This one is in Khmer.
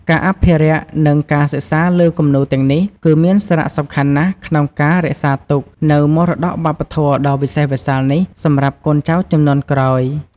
ការអភិរក្ស និងការសិក្សាលើគំនូរទាំងនេះ គឺមានសារៈសំខាន់ណាស់ក្នុងការរក្សាទុកនូវមរតកវប្បធម៌ដ៏វិសេសវិសាលនេះសម្រាប់កូនចៅជំនាន់ក្រោយ។